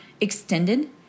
extended